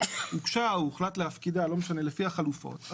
הוגשה או הוחלט להפקידה לפי החלופות,